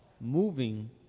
moving